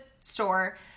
store